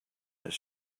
this